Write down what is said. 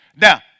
Now